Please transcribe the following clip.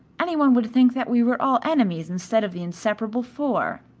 any one would think that we were all enemies instead of the inseparable four.